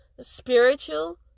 spiritual